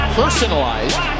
personalized